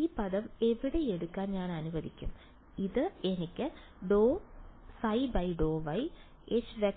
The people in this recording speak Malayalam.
ഈ പദം ഇവിടെ എടുക്കാൻ ഞാൻ അനുവദിക്കും ഇത് എനിക്ക് ∂ϕ∂y H→